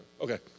Okay